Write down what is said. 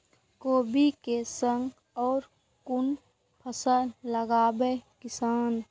कोबी कै संग और कुन फसल लगावे किसान?